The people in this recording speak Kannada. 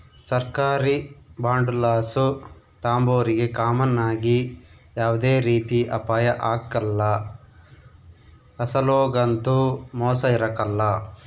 ಸರ್ಕಾರಿ ಬಾಂಡುಲಾಸು ತಾಂಬೋರಿಗೆ ಕಾಮನ್ ಆಗಿ ಯಾವ್ದೇ ರೀತಿ ಅಪಾಯ ಆಗ್ಕಲ್ಲ, ಅಸಲೊಗಂತೂ ಮೋಸ ಇರಕಲ್ಲ